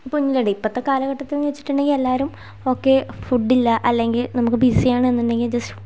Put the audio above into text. മുന്നിലുണ്ട് ഇപ്പോഴത്തെ കാലഘട്ടത്തിൽനിന്ന് വച്ചിട്ടുണ്ടെങ്കിൽ എല്ലാവരും ഒക്കെ ഫുഡില്ല അല്ലെങ്കിൽ നമുക്ക് ബിസി ആണ് എന്നുണ്ടെങ്കിൽ ജസ്റ്റ്